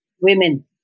women